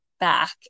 back